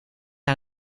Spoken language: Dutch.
aan